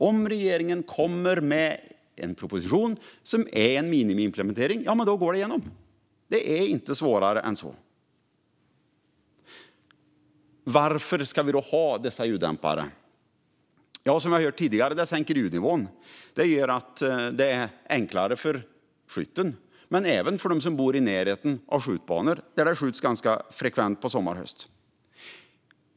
Om regeringen kommer med en proposition som innebär minimiimplementering går den igenom. Det är inte svårare än så. Varför ska man då ha dessa ljuddämpare? Som vi har hört tidigare sänker det ljudnivån, vilket gör det enklare för skytten men även för dem som bor i närheten av skjutbanor, där det skjuts frekvent under sommaren och hösten.